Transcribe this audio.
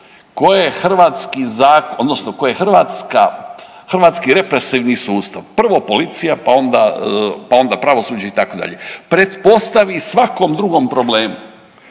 ko je hrvatski represivni sustav? prvo policija, pa onda pravosuđe itd., pretpostavi svakom drugom problemu,